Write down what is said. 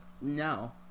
No